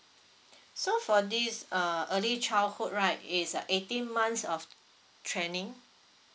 so for this uh early childhood right it's uh eighteen months of training